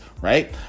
right